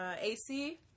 AC